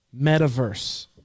metaverse